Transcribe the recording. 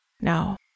No